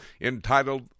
entitled